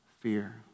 fear